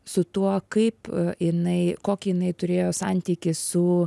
su tuo kaip jinai kokį jinai turėjo santykį su